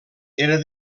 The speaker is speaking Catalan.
era